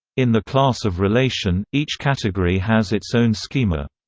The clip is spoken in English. in the class of relation, each category has its own schema.